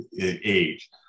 age